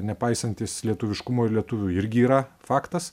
nepaisantis lietuviškumo ir lietuvių irgi yra faktas